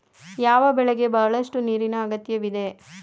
ಯಾವ ಬೆಳೆಗೆ ಬಹಳಷ್ಟು ನೀರಿನ ಅಗತ್ಯವಿದೆ?